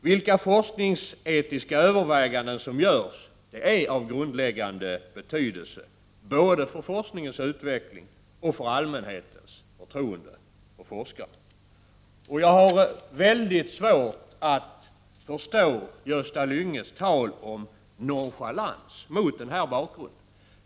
Vilka forskningsetiska överväganden som görs är av grundläggande betydelse både för forskningens utveckling och för allmänhetens förtroende för forskarna. Jag har väldigt svårt att förstå Gösta Lyngås tal om nonchalans, mot den här bakgrunden.